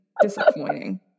disappointing